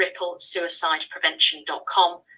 ripplesuicideprevention.com